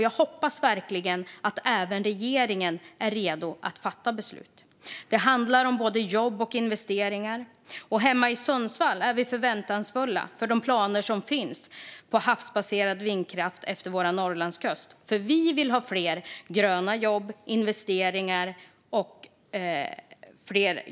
Jag hoppas verkligen att även regeringen är redo att fatta beslut. Det handlar om både jobb och investeringar. Hemma i Sundsvall är vi förväntansfulla när det gäller de planer som finns på havsbaserad vindkraft efter vår Norrlandskust, för vi vill ha fler jobb, fler gröna jobb och fler investeringar.